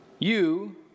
You